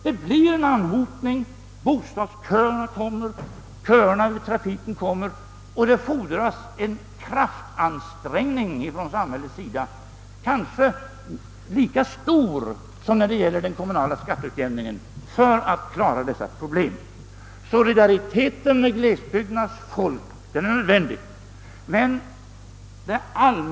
Det blir en anhopning, bostadsköandet kommer, köerna i trafiken kommer, och det fordras en kraftansträngning av samhället, som kanske är lika stor som när det gäller den kommunala skatteutjämningen, för att klara dessa problem. Solidariteten med glesbygdernas folk är nödvändig.